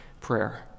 prayer